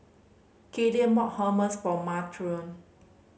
Killian bought Hummus for Montrell